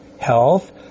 health